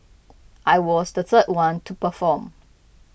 I was the third one to perform